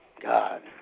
god